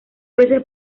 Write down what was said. veces